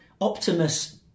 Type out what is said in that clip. Optimus